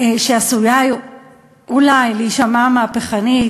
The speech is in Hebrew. שעשויה אולי להישמע מהפכנית,